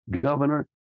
governor